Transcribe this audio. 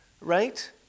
right